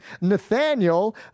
Nathaniel